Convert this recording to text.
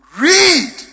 read